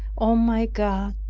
oh, my god,